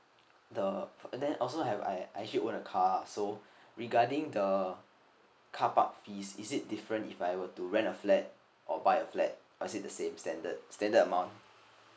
the and then also have I actually want a car so regarding the carpark fees is it different if I were to rent a flat or buy a flat is it the same standard standard amount